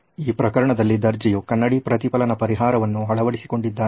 ಈ ಪ್ರಕರಣದಲ್ಲಿ ದರ್ಜಿಯು ಕನ್ನಡಿ ಪ್ರತಿಫಲನ ಪರಿಹಾರವನ್ನು ಅಳವಡಿಸಿಕೊಂಡಿದ್ದಾನೆ